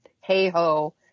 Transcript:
hey-ho